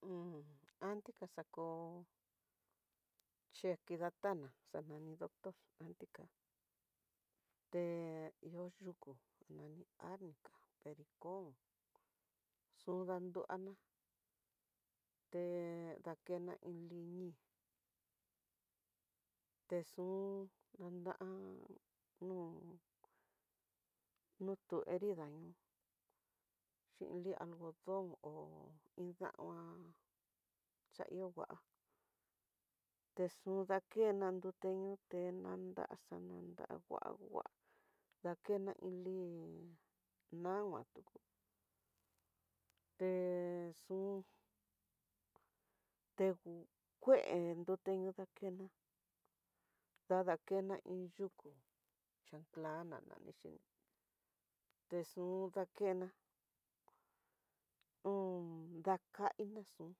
anti kaxakó che kidatana xa nani doctor anti ká, te ihó yuku nani arnica, pericon, xudanruana te dakena iin li ñi te xun anda nu nutu herida ñoo xhin lia algodon hó iin dama, xa ihó ngua te xu dakena nrute niuté nraxan nra ngua ngua, akena iin li nagua tuku texun tego kué nrete ñuu dakena dadakena iin yuku plana nanixhi, texun dakena un dakadina xun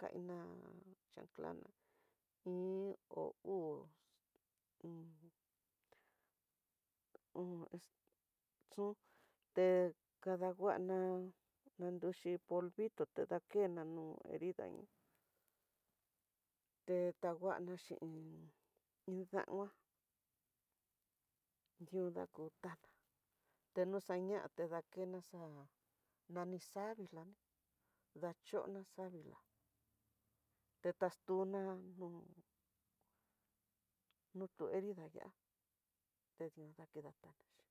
kainina chanclana iin o uu un, un exun te kadanguana, nanruxhi polvito ta dakena nó herida ngua tetanguana xhin iin dama, diuna ku tama tenoxañate dakena naxa nani xa'á nani xa'á nilani dachona savila textatuna no no tu herida ya'a te dio dakidatana xhí.